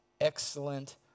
excellent